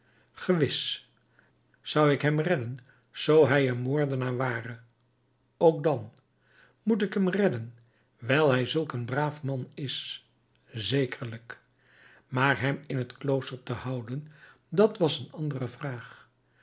gewis zou ik hem redden zoo hij een moordenaar ware ook dan moet ik hem redden wijl hij zulk een braaf man is zekerlijk maar hem in het klooster te houden dat was een andere vraag